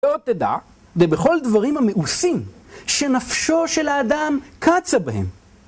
ובכל דברים המעושים שנפשו של האדם קצה בהם